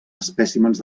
espècimens